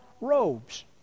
robes